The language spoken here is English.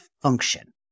function